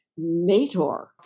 Mator